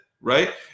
right